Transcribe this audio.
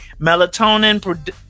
Melatonin